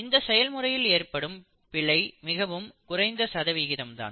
இந்த செயல்முறையில் ஏற்படும் பிழை மிகவும் குறைந்த சதவிகிதம் தான்